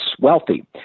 wealthy